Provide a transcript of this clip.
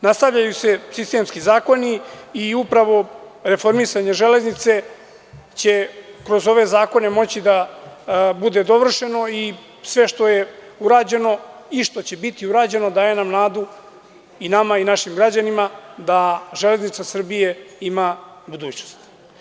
Nastavljaju se sistemski zakoni i upravo reformisanje železnice će kroz ove zakone moći da bude dovršeno i sve što je urađeno i što će biti urađeno daje nam nadu i nama i našim građanima da Železnica Srbije ima budućnost.